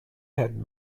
had